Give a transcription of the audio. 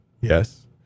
Yes